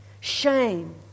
shame